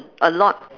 a lot